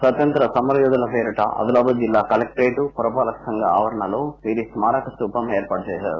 స్వాతంత్ర్వ సమరయోధుల పేరిట ఆదిలాబాద్ జిల్లా కలెక్టరేట్ పురపాలక సంఘం ఆవరణలో వీరి స్మారకార్లం స్తూపం ఏర్పాటుచేశారు